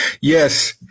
Yes